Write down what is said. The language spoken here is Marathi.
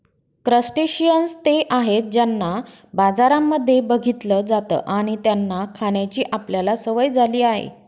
क्रस्टेशियंन्स ते आहेत ज्यांना बाजारांमध्ये बघितलं जात आणि त्यांना खाण्याची आपल्याला सवय झाली आहे